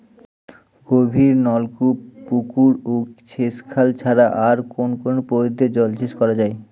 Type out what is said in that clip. গভীরনলকূপ পুকুর ও সেচখাল ছাড়া আর কোন কোন পদ্ধতিতে জলসেচ করা যায়?